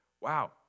wow